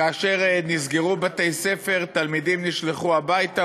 כאשר נסגרו בתי-ספר ותלמידים נשלחו הביתה,